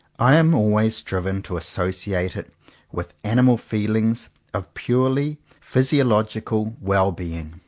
i am always driven to associate it with animal feelings of purely physiological well-being.